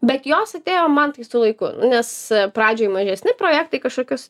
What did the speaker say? bet jos atėjo man tai su laiku nu nes pradžioj mažesni projektai kažkokius